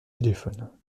téléphone